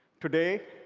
today,